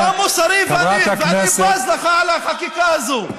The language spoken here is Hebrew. זה לא מוסרי, ואני בז לך על החקיקה הזו.